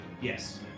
yes